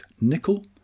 nickel